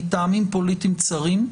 מטעמים פוליטיים צרים,